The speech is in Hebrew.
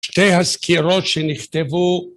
שתי הסקירות שנכתבו